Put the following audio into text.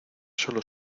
solo